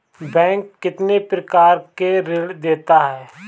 Bank कितने प्रकार के ऋण देता है?